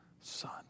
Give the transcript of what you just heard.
son